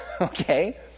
Okay